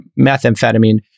methamphetamine